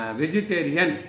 vegetarian